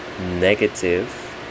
negative